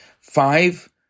five